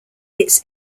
its